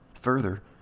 Further